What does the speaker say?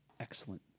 Excellent